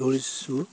দৌৰিছোঁ